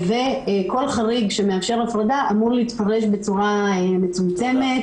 כל חריג שמאפשר הפרדה אמור להתפרש בצורה מצומצמת,